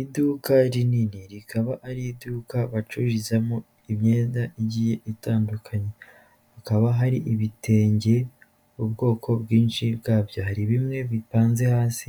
Iduka rinini rikaba ari iduka bacururizamo imyenda igiye itandukanye, hakaba hari ibitenge ubwoko bwinshi bwabyo hari bimwe bipanze hasi